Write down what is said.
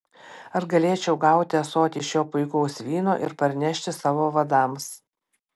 ar galėčiau gauti ąsotį šio puikaus vyno ir parnešti savo vadams